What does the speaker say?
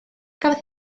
gafodd